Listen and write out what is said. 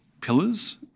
pillars